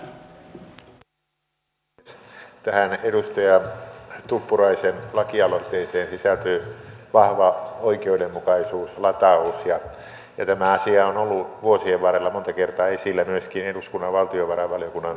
tähän edustaja tuppuraisen lakialoitteeseen sisältyy vahva oikeudenmukaisuuslataus ja tämä asia on ollut vuosien varrella monta kertaa esillä myöskin eduskunnan valtiovarainvaliokunnan verojaostossa